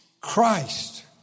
Christ